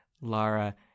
Lara